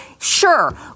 Sure